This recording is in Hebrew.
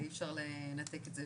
ואי אפשר לנתק את זה,